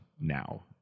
now